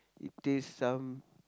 it taste some